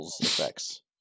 effects